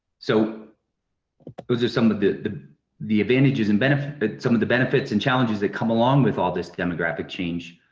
so those are some of the the advantages and benefits but some of the benefits and challenges that come along with all this demographic change.